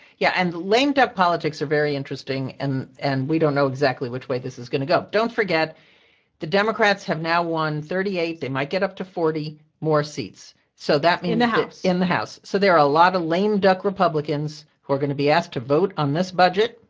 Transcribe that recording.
yeah, and lame-duck politics are very interesting, and and we don't know exactly which way this is going to go. don't forget the democrats have now won thirty eight. they might get up to forty more seats. so that means. in the house in the house. so there are a lot of lame-duck republicans who are going to be asked to vote on this budget,